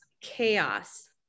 chaos